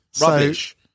Rubbish